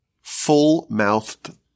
full-mouthed